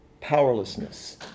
powerlessness